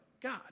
God